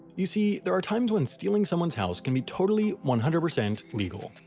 you see, there are times when stealing someone's house can be totally, one hundred percent legal.